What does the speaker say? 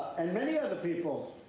and many other people,